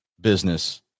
business